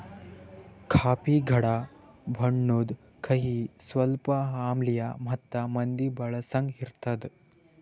coffee ಗಾಢ ಬಣ್ಣುದ್, ಕಹಿ, ಸ್ವಲ್ಪ ಆಮ್ಲಿಯ ಮತ್ತ ಮಂದಿ ಬಳಸಂಗ್ ಇರ್ತದ